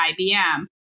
IBM